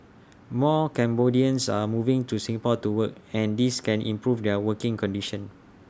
more Cambodians are moving to Singapore to work and this can improve their working conditions